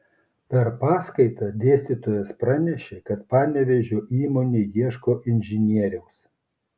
per paskaitą dėstytojas pranešė kad panevėžio įmonė ieško inžinieriaus